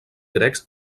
grecs